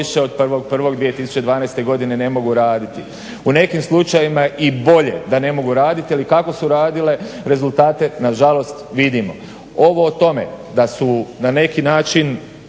Ovo o tome da su na neki način